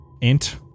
Int